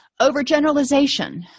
Overgeneralization